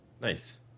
Nice